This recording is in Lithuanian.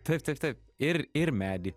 taip taip taip ir ir medį